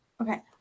Okay